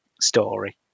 story